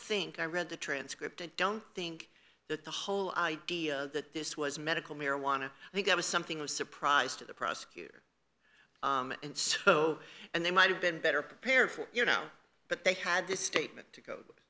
think i read the transcript and don't think that the whole idea that this was medical marijuana i think it was something i was surprised at the prosecutor and so and they might have been better prepared for you know but they had this statement to go